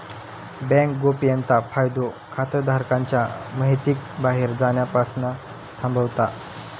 bank गोपनीयता कायदो खाताधारकांच्या महितीक बाहेर जाण्यापासना थांबवता